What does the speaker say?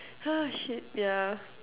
shit ya